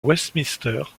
westminster